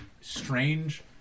strange